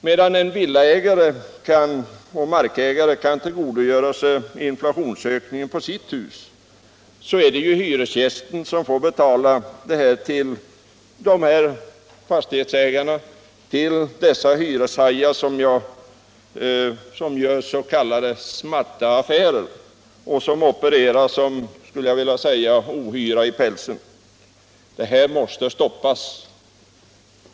Medan villaägare och andra fastighetsägare kan tillgodogöra sig inflationsvinster får hyresgästerna betala till hyreshajar som gör s.k. smarta affärer och opererar som, skulle jag vilja säga, ohyra i pälsen. Det här måste stoppas!